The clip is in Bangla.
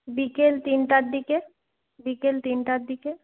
বিকেল তিনটের দিকে বিকেল তিনটের দিকে